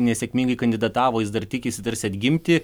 nesėkmingai kandidatavo jis dar tikisi tarsi atgimti